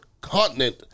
continent